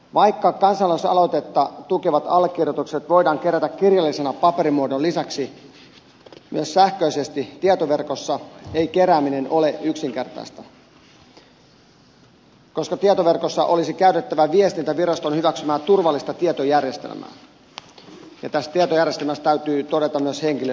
vaikka kansalaisaloitetta tukevat allekirjoitukset voidaan kerätä kirjallisen paperimuodon lisäksi myös sähköisesti tietoverkossa ei kerääminen ole yksinkertaista koska tietoverkossa olisi käytettävä viestintäviraston hyväksymää turvallista tietojärjestelmää ja tässä tietojärjestelmässä täytyy todeta myös henkilöllisyys